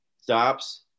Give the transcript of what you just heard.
stops